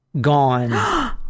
gone